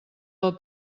del